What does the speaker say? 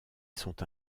sont